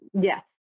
Yes